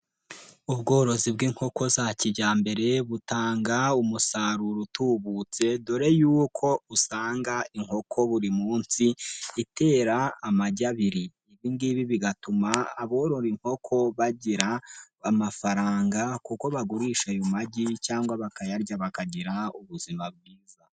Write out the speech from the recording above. Ubworozi bw'inkoko za kijyambere butanga umusaruro utubutse dore yuko usanga inkoko buri munsi itera amagi abiri, ibi ngibi bigatuma aborora inkoko bagira amafaranga kuko bagurisha ayo magi cyangwa bakayarya bakagira ubuzima bwiza.